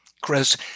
Chris